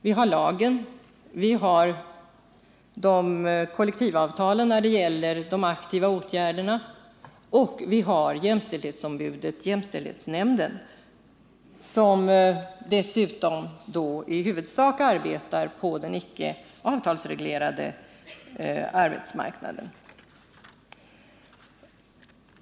Vi har en lag, vi har kollektivavtal beträffande de aktiva åtgärderna och vi har ett jämställdhetsombud och en jämställdhetsnämnd, som dessutom i huvudsak arbetar på den icke-avtalsreglerade arbetsmarknaden.